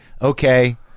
okay